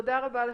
תודה רבה לך.